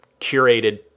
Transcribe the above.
curated